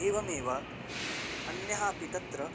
एवमेव अन्याः अपि तत्र